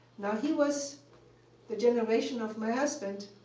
now, he was the generation of my husband